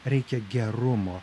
reikia gerumo